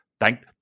thank